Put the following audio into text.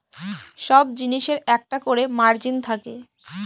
সব জিনিসের একটা করে মার্জিন থাকে